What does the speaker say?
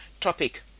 topic